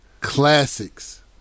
classics